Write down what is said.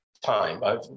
time